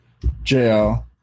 JL